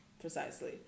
Precisely